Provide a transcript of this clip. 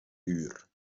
uur